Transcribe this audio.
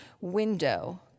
window